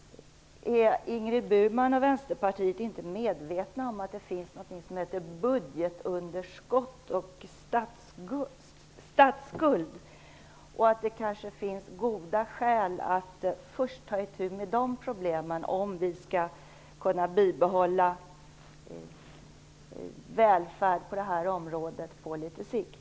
Är Ingrid Burman och Vänsterpartiet inte medvetna om att det finns någonting som heter budgetunderskott och statsskuld och att det kanske finns goda skäl att först ta itu med de problemen, om vi skall kunna bibehålla välfärden på detta område på litet sikt?